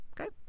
Okay